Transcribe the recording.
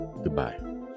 Goodbye